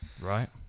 Right